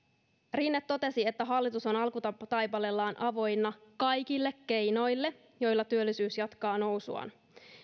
rinne totesi että hallitus on alkutaipaleellaan avoinna kaikille keinoille joilla työllisyys jatkaa nousuaan